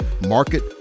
market